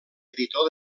editor